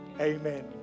amen